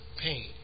pain